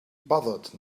bothered